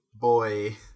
Boy